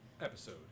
Episode